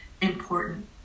important